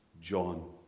John